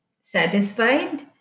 satisfied